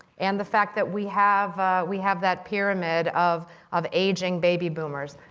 and the fact that we have we have that pyramid of of aging baby boomers.